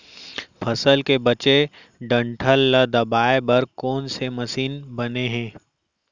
फसल के बचे डंठल ल दबाये बर कोन से मशीन बने हे?